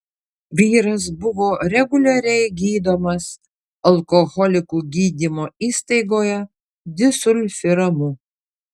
vyras buvo reguliariai gydomas alkoholikų gydymo įstaigoje disulfiramu